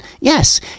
Yes